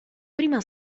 prima